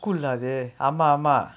cool lah அது ஆமா ஆமா:athu aamaa aamaa